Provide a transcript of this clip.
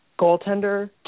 goaltender